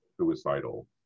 suicidal